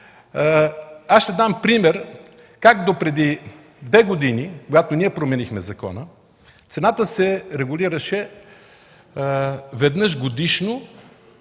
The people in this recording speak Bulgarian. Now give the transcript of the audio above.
Ще дам пример как допреди две години, когато ние променихме закона, цената се регулираше. Веднъж годишно